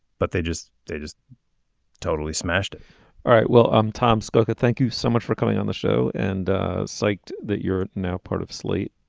but they just they just totally smashed it all right. well um tom spokane thank you so much for coming on the show and psyched that you're now part of slate.